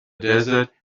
desert